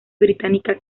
británica